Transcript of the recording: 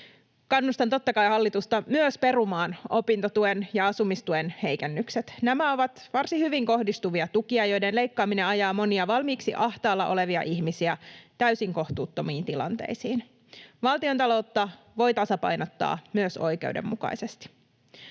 Kannustan totta kai hallitusta myös perumaan opintotuen ja asumistuen heikennykset. Nämä ovat varsin hyvin kohdistuvia tukia, joiden leikkaaminen ajaa monia valmiiksi ahtaalla olevia ihmisiä täysin kohtuuttomiin tilanteisiin. Valtiontaloutta voi tasapainottaa myös oikeudenmukaisesti.